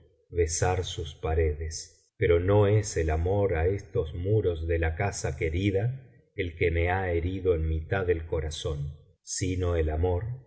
besar sus paredes pero no es el amor á estos muros de la casa querida el que me lia herido en mitad del corazón sino el amor